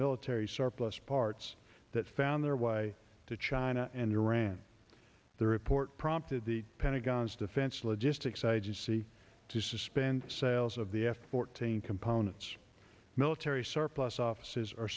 military surplus parts that found their way to china and iran the report prompted the pentagon's defense logistics agency to suspend sales of the f fourteen components military surplus offices are